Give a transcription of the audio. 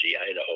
Idaho